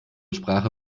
sprache